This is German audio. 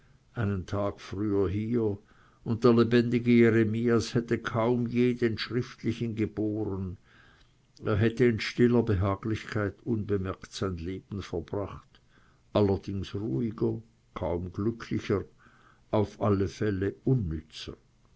einen tag früher hier und der lebendige jeremias hätte kaum je den schriftlichen geboren er hätte in stiller behaglichkeit unbemerkt sein leben verbracht allerdings ruhiger kaum glücklicher auf alle fälle aber unnützer